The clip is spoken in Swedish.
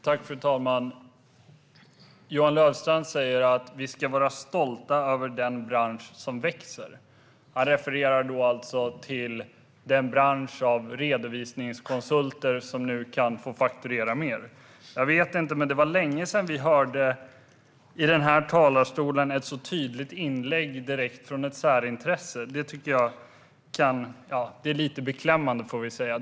Fru talman! Johan Löfstrand säger att vi ska vara stolta över den bransch som växer. Han refererar då till den bransch av redovisningskonsulter som nu kan få fakturera mer. Det var nog länge sedan vi hörde ett så tydligt inlägg direkt från ett särintresse i den här talarstolen. Det är lite beklämmande, får vi säga.